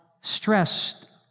stressed